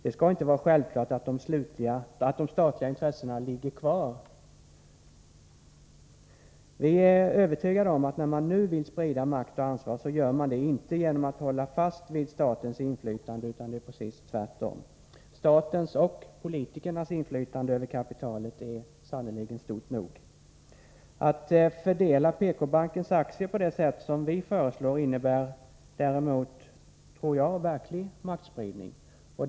Det skall inte vara självklart att de statliga intressena ligger kvar. Vi är övertygade om att när man nu vill sprida makt och ansvar gör man det inte genom att hålla fast vid statens inflytande, utan precis tvärtom. Statens och politikernas inflytande över kapitalet är sannerligen stort nog. Att fördela PK-bankens aktier på det sätt vi föreslår tror jag däremot inte är verklig maktspridning.